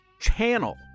channel